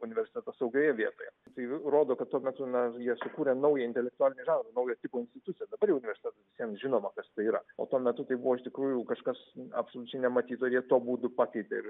universitetą saugioje vietoje tai rodo kad tuo metu na jie sukūrė naują intelektualinį žanrą naujo tipo instituciją dabar jau universitetai visiems žinoma kas tai yra o tuo metu tai buvo iš tikrųjų kažkas absoliučiai nematyto ir jie tuo būdu pakeitė ir